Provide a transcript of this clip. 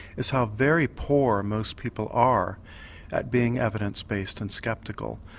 is how very poor most people are at being evidenced based and sceptical.